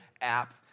app